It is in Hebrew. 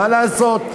מה לעשות.